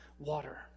water